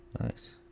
Nice